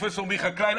פרופסור מיכה קליין.